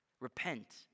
repent